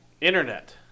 internet